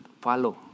follow